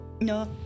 no